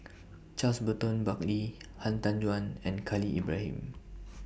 Charles Burton Buckley Han Tan Juan and Khalil Ibrahim